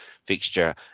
fixture